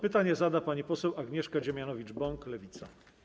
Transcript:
Pytanie zada pani poseł Agnieszka Dziemianowicz-Bąk, Lewica.